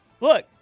look